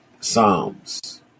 psalms